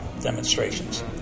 demonstrations